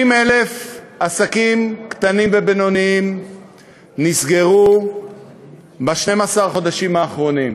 60,000 עסקים קטנים ובינוניים נסגרו ב-12 החודשים האחרונים.